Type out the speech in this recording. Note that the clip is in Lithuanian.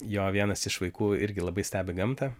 jo vienas iš vaikų irgi labai stebi gamtą